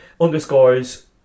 underscores